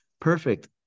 Perfect